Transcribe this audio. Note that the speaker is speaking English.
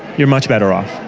you're much better off.